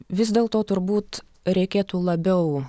vis dėl to turbūt reikėtų labiau